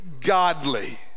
godly